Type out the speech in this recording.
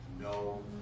No